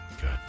Good